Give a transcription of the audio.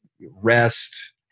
rest